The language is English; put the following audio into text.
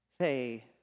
Say